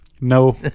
No